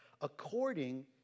according